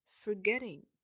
forgetting